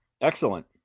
excellent